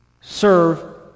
serve